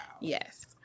Yes